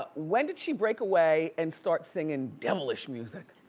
but when did she break away and start singing devilish music?